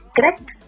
Correct